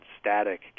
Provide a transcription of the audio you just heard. static